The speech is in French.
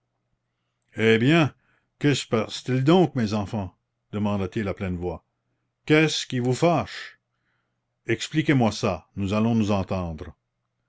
eh bien que se passe-t-il donc mes enfants demanda-t-il à pleine voix qu'est-ce qui vous fâche expliquez-moi ça nous allons nous entendre